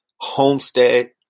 Homestead